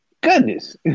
Goodness